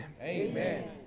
Amen